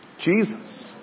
Jesus